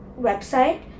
website